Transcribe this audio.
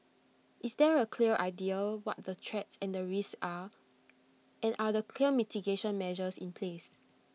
is there A clear idea what the threats and the risks are and are the clear mitigation measures in place